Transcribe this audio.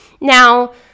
now